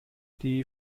die